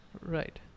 Right